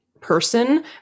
person